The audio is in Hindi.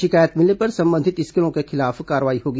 शिकायत मिलने पर संबंधित स्कूलों के खिलाफ कार्रवाई होगी